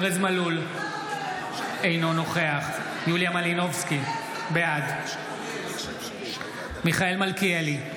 אינו נוכח יוליה מלינובסקי, בעד מיכאל מלכיאלי,